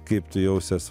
kaip tu jausies